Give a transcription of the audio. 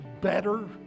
better